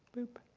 boop.